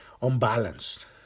unbalanced